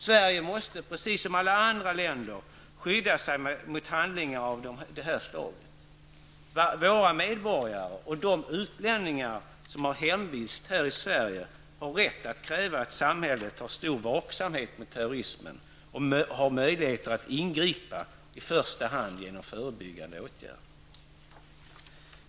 Sverige måste, precis som alla andra länder, skydda sig mot handlingar av detta slag. Våra medborgare och de utlänningar som har hemvist här i Sverige har av samhället rätt att kräva en stor vaksamhet gentemot terrorismen och att samhället har möjlighet att ingripa, i första hand genom förebyggande åtgärder.